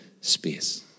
space